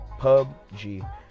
PUBG